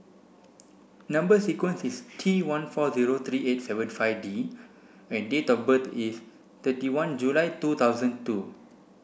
number sequence is T one four zero three eight seven five D and date of birth is thirty one July two thousand two